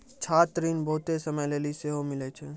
छात्र ऋण बहुते समय लेली सेहो मिलै छै